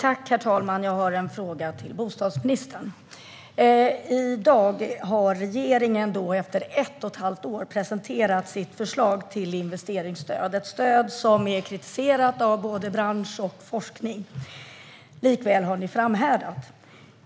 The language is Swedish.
Herr talman! Jag har en fråga till bostadsministern. I dag har regeringen efter ett och ett halvt år presenterat sitt förslag till investeringsstöd - ett stöd som är kritiserat av både bransch och forskning. Likväl har ni framhärdat.